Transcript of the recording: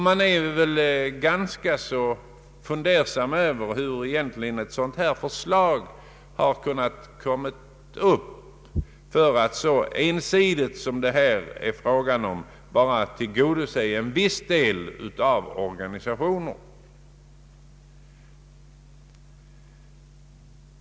Det är ganska förvånansvärt hur ett sådant här förslag egentligen har kunnat komma upp, ty det är rätt ensidigt att vilja tillgodose enbart ett visst slag av organisationer.